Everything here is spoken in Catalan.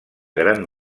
gran